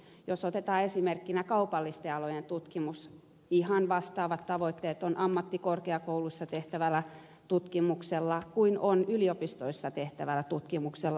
jos otetaan esimerkkinä kaupallisten alojen tutkimus ihan vastaavat tavoitteet on ammattikorkeakouluissa tehtävällä tutkimuksella kuin on yliopistoissa tehtävällä tutkimuksella